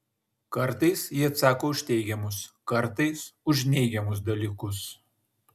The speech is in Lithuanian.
kartais ji atsako už teigiamus kartais už neigiamus dalykus